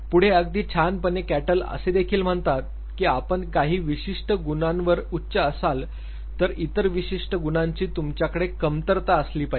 पुढे अगदी छानपणे कॅटल असे देखील म्हणतात की आपण काही विशिष्ट गुणांवर उच्च असाल तर इतर विशिष्ट गुणांची तुमच्याकडे कमतरता असली पाहिजे